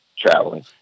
traveling